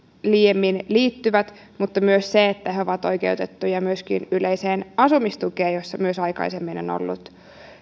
liiemmin liittyvät vaan myös se että he ovat oikeutettuja myöskin yleiseen asumistukeen jossa myös on aikaisemmin ollut